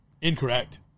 Incorrect